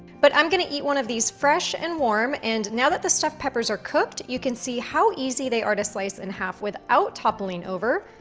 but i'm gonna eat one of these fresh and warm, and now that the stuffed peppers are cooked, you can see how easy they are to slice in half without toppling over,